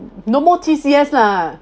no more T_C_S lah